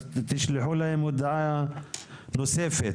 אז תשלחו להם הודעה נוספת,